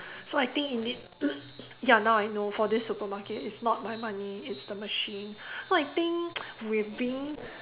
so I think in this now I know for this supermarket it's not my money it's the machine so I think with being